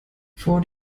vor